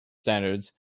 standards